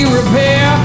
repair